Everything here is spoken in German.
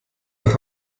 nach